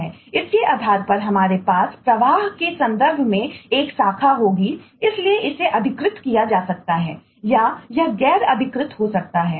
इसके आधार पर हमारे पास प्रवाह के संदर्भ में एक शाखा होगी इसलिए इसे अधिकृत किया जा सकता है या यह गैर अधिकृत हो सकता है